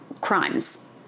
crimes